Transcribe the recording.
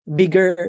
bigger